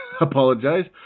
apologize